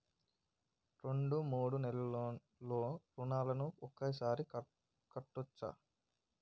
రెండు మూడు నెలల ఋణం ఒకేసారి కట్టచ్చా?